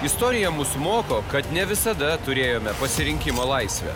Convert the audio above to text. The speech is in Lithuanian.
istorija mus moko kad ne visada turėjome pasirinkimo laisvę